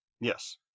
Yes